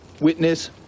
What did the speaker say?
Witness